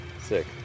sick